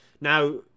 Now